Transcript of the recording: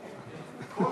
נתקבלו.